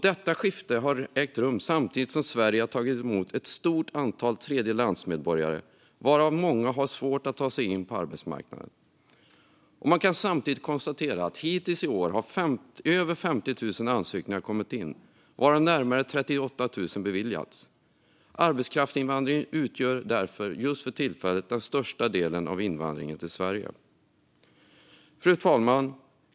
Detta skifte har ägt rum samtidigt som Sverige har tagit emot ett stort antal tredjelandsmedborgare, varav många har haft svårt att ta sig in på arbetsmarknaden. Hittills i år har över 50 000 ansökningar kommit in, varav närmare 38 000 beviljats. Arbetskraftsinvandring utgör därför för tillfället den största delen av invandringen till Sverige. Fru talman!